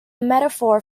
metaphor